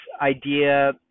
idea